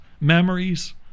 memories